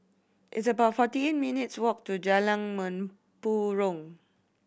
it's about forty eight minutes' walk to Jalan Mempurong